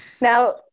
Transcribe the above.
Now